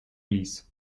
ließ